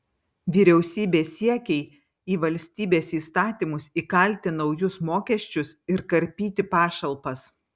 vyriausybės siekiai į valstybės įstatymus įkalti naujus mokesčius ir karpyti pašalpas